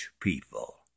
people